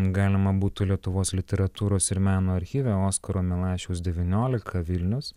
galima būtų lietuvos literatūros ir meno archyve oskaro milašiaus devyniolika vilnius